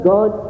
God